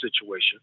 situation